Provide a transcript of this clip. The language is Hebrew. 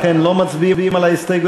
סיוע